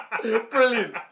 Brilliant